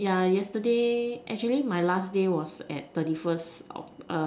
yeah yesterday actually my last day was at thirty first October